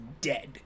dead